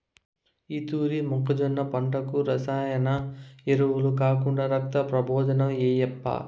ఈ తూరి మొక్కజొన్న పంటకు రసాయన ఎరువులు కాకుండా రక్తం ప్రబోజనం ఏయప్పా